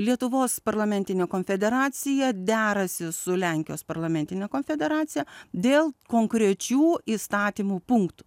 lietuvos parlamentinė konfederacija derasi su lenkijos parlamentine konfederacija dėl konkrečių įstatymų punktų